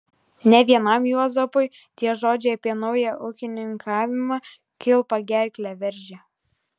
ne vienam juozapui tie žodžiai apie naują ūkininkavimą kilpa gerklę veržė